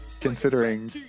considering